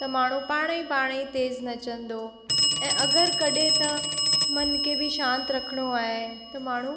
त माण्हू पाणेई पाणेई तेज़ु नचंदो ऐं अगरि कॾहिं त मन खे बि शांति रखणो आहे त माण्हू